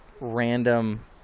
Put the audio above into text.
random